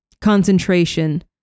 concentration